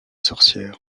sorcières